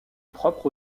propre